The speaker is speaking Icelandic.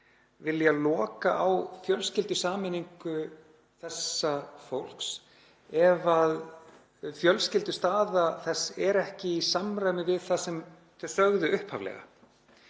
vilja loka á fjölskyldusameiningu þessa fólks ef fjölskyldustaða þess er ekki í samræmi við það sem þau sögðu upphaflega.